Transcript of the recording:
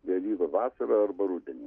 vėlyvą vasarą arba rudenį